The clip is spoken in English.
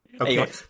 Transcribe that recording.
Okay